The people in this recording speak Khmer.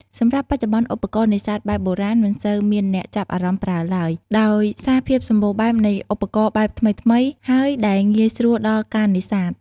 សម្រាប់បច្ចុប្បន្នឧបករណ៍នេសាទបែបបុរាណ មិនសូវមានអ្នកចាប់អារម្មណ៍ប្រើឡើយ ដោយសារភាពសម្បូរបែបនៃឧបករណ៍បែបថ្មីៗ ហើយដែលងាយស្រួលដល់ការនេសាទ។